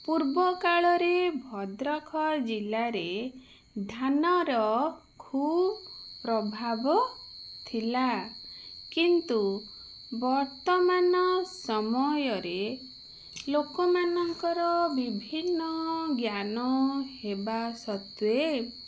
ପୂର୍ବ କାଳରେ ଭଦ୍ରଖ ଜିଲ୍ଲାରେ ଧାନର ଖୁବ୍ ପ୍ରଭାବ ଥିଲା କିନ୍ତୁ ବର୍ତ୍ତମାନ ସମୟରେ ଲୋକମାନଙ୍କର ବିଭିନ୍ନ ଜ୍ଞାନ ହେବା ସତ୍ୱେ